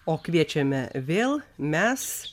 o kviečiame vėl mes